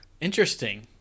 Interesting